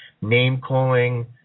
name-calling